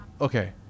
Okay